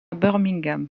birmingham